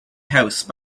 house